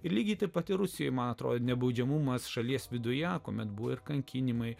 lygiai taip pat ir rusijoje man atrodo nebaudžiamumas šalies viduje kuomet buvo ir kankinimai